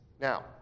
Now